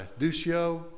Duccio